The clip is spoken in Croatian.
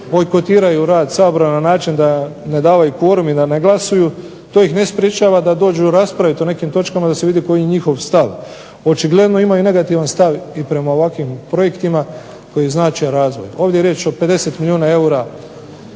bojkotiraju rad Sabora na način da ne daju kvorum i da ne glasuju to ih ne sprječava da dođu raspraviti o nekim točkama da se vidi koji je njihov stav. Očigledno imaju negativan stav i prema ovakvim projektima koji znače razvoj. Ovdje je riječ o 50 milijuna eura